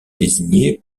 désigner